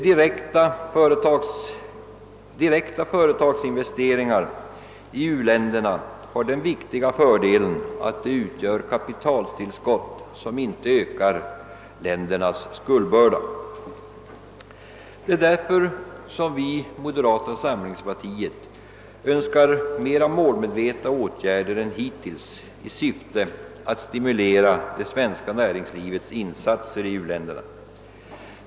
Direkta företagsinvesteringar i u-länderna har den viktiga fördelen att de utgör kapitaltillskott som inte ökar ländernas skuldbörda. Därför önskar vi inom moderata samlingspartiet mera målmedvetna åtgärder än hittills i syfte att stimulera det svenska näringslivets insatser i u-länderna.